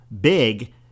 big